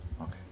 Okay